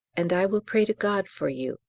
and i will pray to god for you,